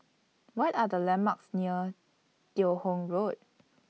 What Are The landmarks near Teo Hong Road